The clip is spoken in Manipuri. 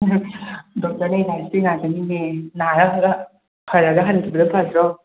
ꯗꯣꯛꯇꯔ ꯂꯩꯕ ꯍꯥꯏꯁꯤ ꯑꯁꯤ ꯉꯥꯛꯇꯅꯤꯅꯦ ꯅꯥꯔꯛꯑꯒ ꯐꯔꯒ ꯍꯟꯈꯤꯕꯅ ꯐꯗ꯭ꯔꯣ